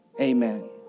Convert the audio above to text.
Amen